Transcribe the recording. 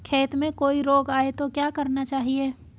खेत में कोई रोग आये तो क्या करना चाहिए?